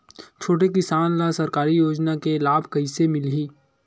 छोटे किसान ला सरकारी योजना के लाभ कइसे मिलही?